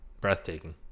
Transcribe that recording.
Breathtaking